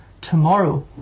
Tomorrow